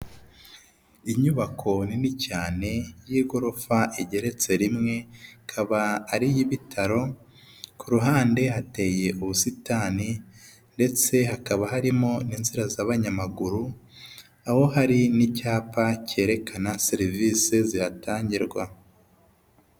Inyubako nini cyane y'igorofa igeretse rimwe, ikaba ari iy'ibitaro, ku ruhande hateye ubusitani ndetse hakaba harimo n'inzira z'abanyamaguru, aho hari n'icyapa cyerekana serivise zihatangirwa.